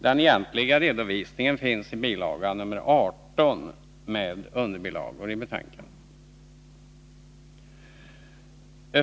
Den egentliga redovisningen finns i bilaga nummer 18 med underbilagor.